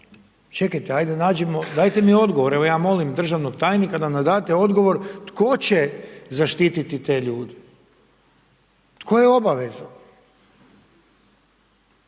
nađimo, dajte mi odgovor. Evo ja molim državnog tajnika da nam date odgovor tko će zaštiti te ljude, tko je obavezan?